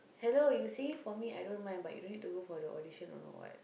hello you singing for me I don't mind but you don't need to go for the audition don't know what